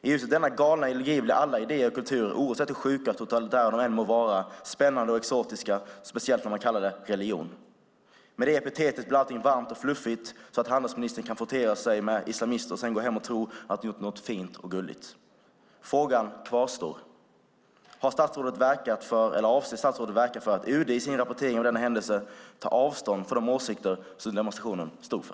I ljuset av denna galna ideologi blir alla idéer och kulturer, oavsett hur sjuka och totalitära de än må vara, spännande och exotiska, speciellt när man kallar det religion. Med det epitetet blir allting varmt och fluffigt, så att handelsministern kan frottera sig med islamister och sedan gå hem och tro att hon gjort någonting fint och gulligt. Frågan kvarstår. Har statsrådet verkat för eller avser statsrådet att verka för att UD i sin rapportering av denna händelse tar avstånd från de åsikter som demonstrationen stod för?